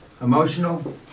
emotional